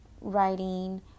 writing